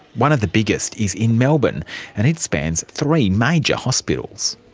one of the biggest is in melbourne and it spans three major hospitals.